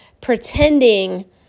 pretending